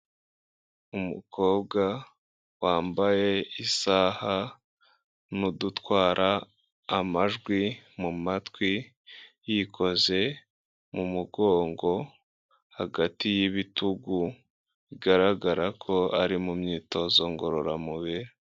Umukobwa wambaye isaha n'udutwara amajwi mu matwi yikoze mu mugongo, hagati y'ibitugu bigaragara ko ari mu myitozo ngororamubiri.